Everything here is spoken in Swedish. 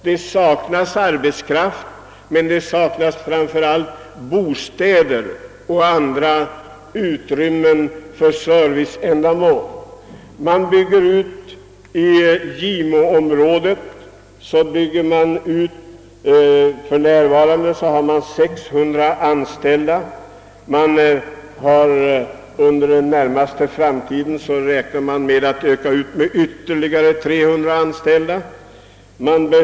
Men framför allt saknas bostäder och andra serviceanordningar. I gimoområdet har man för närvarande 600 anställda, och man räknar med att inom den närmaste framtiden utöka industrien med ytterligare 300 anställda.